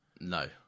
No